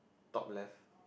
top left